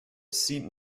seemed